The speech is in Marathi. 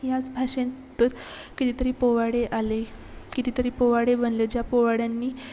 याच भाषेत कितीतरी पोवाडे आले कितीतरी पोवाडे बनले ज्या पोवाड्यांनी